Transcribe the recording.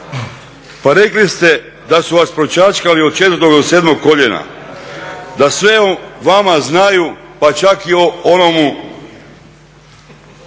Pa rekli ste da su vas pročačkali od četvrtog do sedmog koljena, da sve o vama znaju pa čak i o onomu